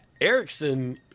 Erickson